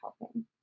helping